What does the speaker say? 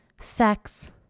sex